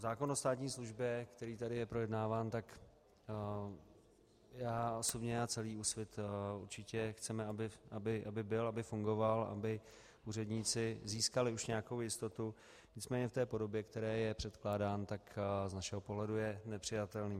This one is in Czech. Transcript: Zákon o státní službě, který tady je projednáván, tak já osobně a celý Úsvit určitě chceme, aby byl, aby fungoval, aby úředníci získali už nějakou jistotu, nicméně v té podobě, v které je předkládán, z našeho pohledu je nepřijatelný.